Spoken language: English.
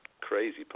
crazy